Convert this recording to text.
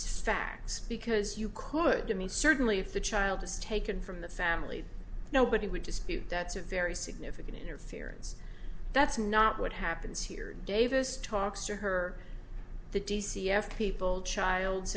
facts because you could give me certainly if the child is taken from the family nobody would dispute that's a very significant interference that's not what happens here davis talks to her the d c s people child